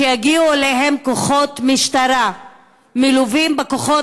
שיגיעו אליהם כוחות משטרה מלווים בכוחות